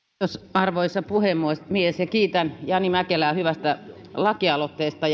arvoisa puhemies kiitän jani mäkelää hyvästä lakialoitteesta